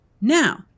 Now